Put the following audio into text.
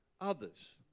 others